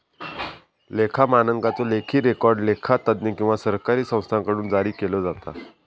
लेखा मानकांचो लेखी रेकॉर्ड लेखा तज्ञ किंवा सरकारी संस्थांकडुन जारी केलो जाता